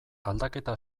aldaketa